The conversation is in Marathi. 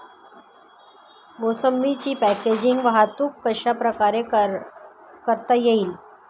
मोसंबीची पॅकेजिंग वाहतूक कशाप्रकारे करता येईल?